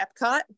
epcot